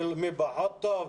מי פחות טוב?